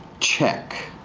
check.